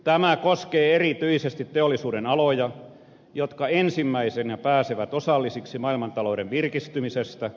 tämä koskee erityisesti teollisuudenaloja jotka ensimmäisinä pääsevät osallisiksi maailmantalouden virkistymisestä